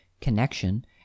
connection